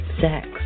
Sex